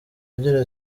agira